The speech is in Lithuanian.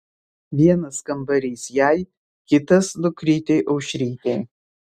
vienas kambarys jai kitas dukrytei aušrytei